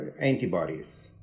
antibodies